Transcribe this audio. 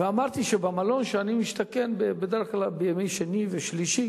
ואמרתי שבמלון שאני משתכן בו בדרך כלל בימי שני ושלישי